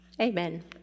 amen